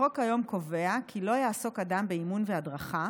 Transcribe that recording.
החוק היום קובע כי לא יעסוק אדם באימון והדרכה